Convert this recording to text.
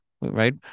right